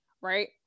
Right